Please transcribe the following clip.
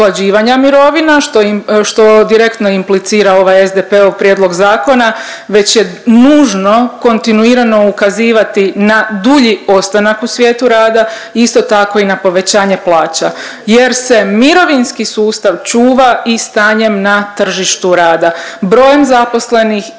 mirovina što direktno implicira ovaj SDP-ov prijedlog zakona, već je nužno kontinuirano ukazivati na dulji ostanak u svijetu rada, isto tako i na povećanje plaća jer se mirovinski sustav čuva i stanjem na tržištu rada, brojem zaposlenih i